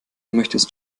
möchtest